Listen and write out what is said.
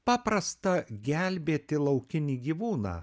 paprasta gelbėti laukinį gyvūną